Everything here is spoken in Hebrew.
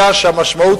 יודע שהמשמעות,